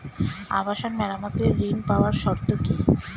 আবাসন মেরামতের ঋণ পাওয়ার শর্ত কি?